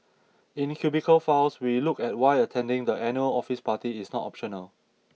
in Cubicle Files we look at why attending the annual office party is not optional